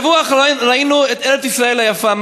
בשבוע האחרון ראינו את ארץ-ישראל היפה,